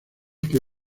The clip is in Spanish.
que